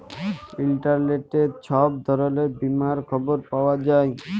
ইলটারলেটে ছব ধরলের বীমার খবর পাউয়া যায়